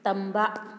ꯇꯝꯕ